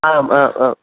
आम् आ आ